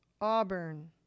Auburn